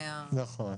נכון.